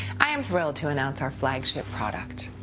i am thrilled to announce our flagship product